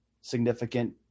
significant